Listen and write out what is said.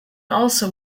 also